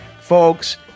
folks